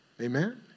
Amen